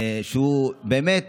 שהוא באמת